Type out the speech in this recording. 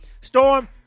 Storm